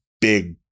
big